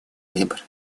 выбор